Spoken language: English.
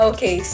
Okay